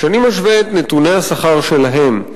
כשאני משווה את נתוני השכר שלהם,